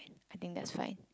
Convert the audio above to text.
I think that's fine